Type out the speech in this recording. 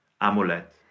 amulet